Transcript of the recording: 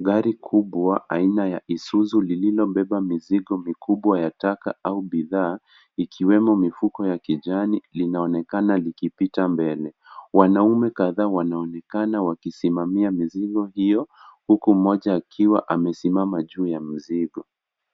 Gari kubwa aina ya Isuzu lililobeba mizigo kubwa ya taka au bidhaa ikiwemo mifuko ya kijani linaonekana likipita mbele. Wanaume kadhaa wanaonekana wakisimami mizigo hiyo huku mmoja akiwa amesimama juu ya mizigo.